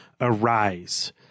arise